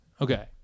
Okay